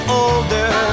older